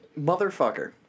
Motherfucker